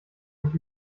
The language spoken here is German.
sich